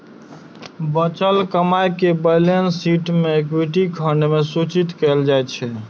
बचल कमाइ कें बैलेंस शीट मे इक्विटी खंड मे सूचित कैल जाइ छै